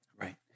Right